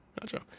Gotcha